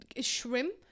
shrimp